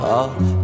off